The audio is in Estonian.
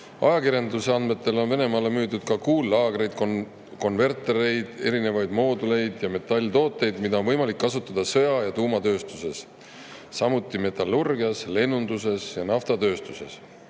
Ajakirjanduse andmetel on Venemaale müüdud ka kuullaagreid, konvertereid, erinevaid mooduleid ja metalltooteid, mida on võimalik kasutada sõja- ja tuumatööstuses, samuti metallurgias, lennunduses ja naftatööstuses.